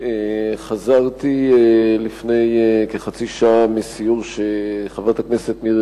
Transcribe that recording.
חזרתי לפני כחצי שעה מסיור שחברת הכנסת מירי